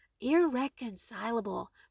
irreconcilable